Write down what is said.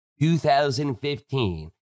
2015